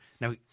Now